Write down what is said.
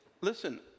listen